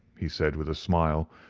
he said, with a smile,